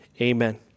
amen